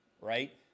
right